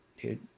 dude